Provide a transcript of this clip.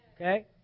Okay